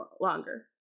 longer